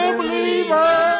believer